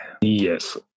Yes